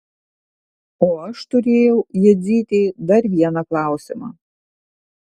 o aš turėjau jadzytei dar vieną klausimą